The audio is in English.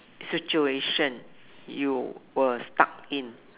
situation you were stuck in